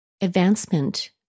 advancement